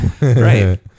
Right